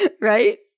right